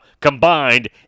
combined